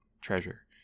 treasure